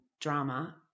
drama